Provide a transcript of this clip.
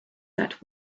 that